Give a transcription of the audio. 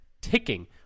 ticking